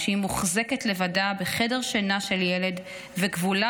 כשהיא מוחזקת לבדה בחדר שינה של ילד וכבולה